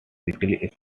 physically